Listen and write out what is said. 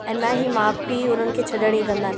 ऐं ना ई माउ पीउ उन्हनि खे छॾण जी कंदा आहिनि